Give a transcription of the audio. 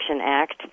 Act